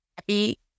happy